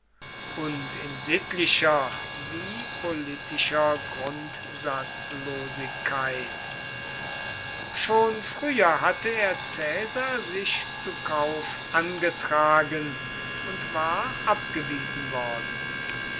und in sittlicher wie politischer grundsatzlosigkeit schon früher hatte er caesar sich zu kauf angetragen und war abgewiesen worden